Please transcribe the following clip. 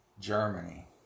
Germany